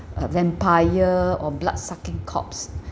a vampire or blood sucking corpse